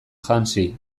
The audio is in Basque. hansi